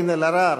עמר בר-לב,